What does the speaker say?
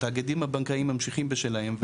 התאגידים הבנקאיים ממשיכים בשלהם,